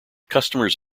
customers